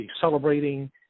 celebrating